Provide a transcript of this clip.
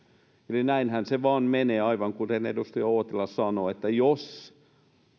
eli näinhän se vain menee aivan kuten edustaja uotila sanoo että jos